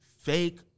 fake